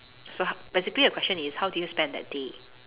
so basically the question is how do you spend that day